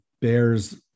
bears